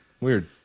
Weird